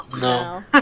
No